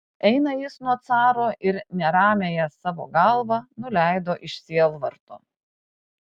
eina jis nuo caro ir neramiąją savo galvą nuleido iš sielvarto